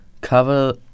cover